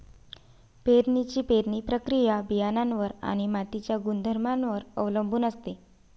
पेरणीची पेरणी प्रक्रिया बियाणांवर आणि मातीच्या गुणधर्मांवर अवलंबून असते